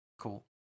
Cool